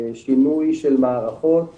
ששינוי של מערכות